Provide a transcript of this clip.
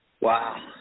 Wow